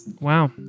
Wow